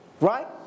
right